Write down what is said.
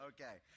Okay